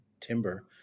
timber